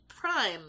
prime